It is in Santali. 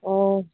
ᱳ